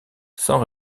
sans